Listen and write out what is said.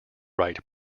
write